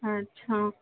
अच्छा